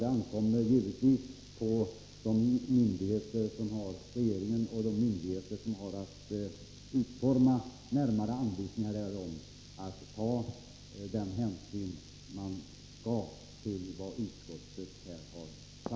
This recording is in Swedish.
Det ankommer givetvis på regeringen och de myndigheter som har att utforma de närmare anvisningarna att beakta vad utskottet här har anfört.